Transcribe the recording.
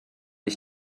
ich